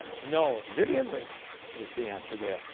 no, vivien leigh is the answer there.